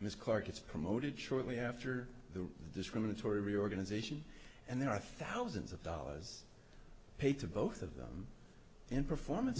ms clarke gets promoted shortly after the discriminatory reorganization and there are thousands of dollars paid to both of them in performance